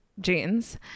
jeans